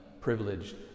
privileged